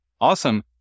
Awesome